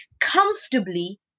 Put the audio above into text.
comfortably